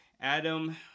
Adam